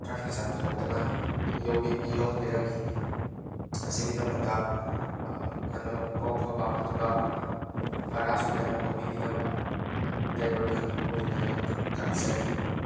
traffic ꯖꯥꯔꯝ ꯊꯣꯛꯇꯅ ꯌꯧꯍꯟꯕꯤꯔꯝꯃꯤ ꯃꯁꯤꯒꯤꯗꯃꯛꯇ ꯌꯥꯝꯅ ꯃꯕꯨꯛ ꯃꯄꯥꯎ ꯐꯕ ꯑꯗꯨꯒ ꯚꯔꯥꯁꯨ ꯌꯥꯝꯅ ꯂꯧꯕꯤꯈꯤꯗꯕ ꯗꯥꯏꯕꯔ ꯑꯍꯟꯗꯨꯕꯨ ꯑꯩꯅ ꯌꯥꯝꯅ ꯊꯥꯒꯠꯆꯔꯤ